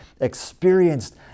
experienced